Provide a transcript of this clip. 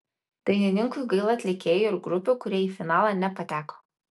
dainininkui gaila atlikėjų ir grupių kurie į finalą nepateko